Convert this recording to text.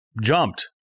jumped